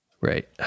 Right